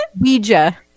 Ouija